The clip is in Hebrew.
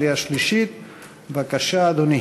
14 בעד, אין מתנגדים, אין נמנעים.